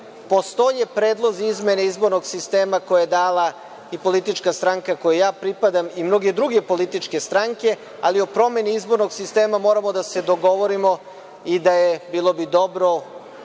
Postoje predlozi izmene izbornog sistema koje je dala i politička stranka kojoj ja pripadam i mnoge druge političke stranke, ali o promeni izbornog sistema moramo da se dogovorimo i da, bilo bi dobro,